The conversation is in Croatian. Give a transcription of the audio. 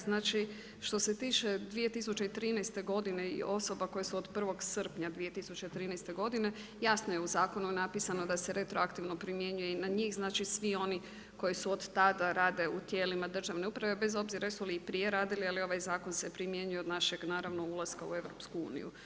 Znači što se tiče 2013. godine i osoba koje su od 1. srpnja 2013. godine jasno je u zakonu napisano da se retroaktivno primjenjuje i na njih, znači svi oni koji su od tada rade u tijelima državne uprave, bez obzira jesu li i prije radili, ali ovaj zakon se primjenjuje od našeg naravno ulaska u EU.